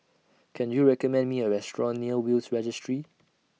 Can YOU recommend Me A Restaurant near Will's Registry